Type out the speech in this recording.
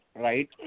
right